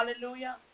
Hallelujah